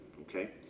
okay